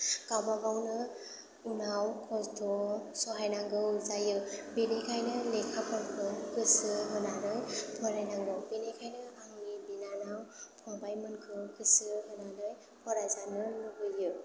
गाबागावनो उनाव खस्थ' सहायनांगौ जायो बेनिखायनो लेखाफोरखौ गोसो होनानै फराय नांगौ बेनिखायनो आंनि बिनानाव फंबाइमोनखौ गोसो होनानै फरायजानो लुगैयो